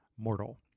mortal